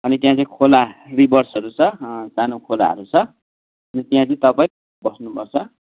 अनि त्यहाँ चाहिँ खोला रिभर्सहरू छ सानो खेलाहरू छ त्यहाँ चाहिँ तपाईँ बस्नुपर्छ